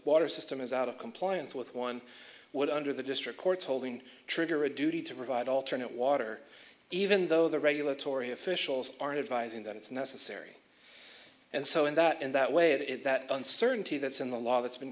water system is out of compliance with one would under the district court's holding trigger a duty to provide alternate water even though the regulatory officials aren't advising that it's necessary and so in that in that way it is that uncertainty that's in the law that's been